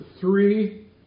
three